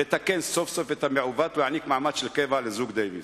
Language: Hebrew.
לתקן סוף-סוף את המעוות ולהעניק מעמד של קבע לזוג דייוויס.